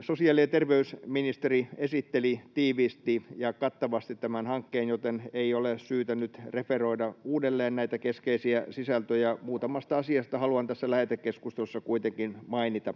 Sosiaali- ja terveysministeri esitteli tiiviisti ja kattavasti tämän hankkeen, joten ei ole syytä nyt referoida uudelleen näitä keskeisiä sisältöjä. Muutamasta asiasta haluan tässä lähetekeskustelussa kuitenkin mainita.